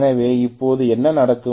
எனவே இப்போது என்ன நடக்கும்